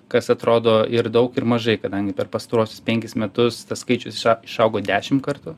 kas atrodo ir daug ir mažai kadangi per pastaruosius penkis metus tas skaičius išau išaugo dešimt kartų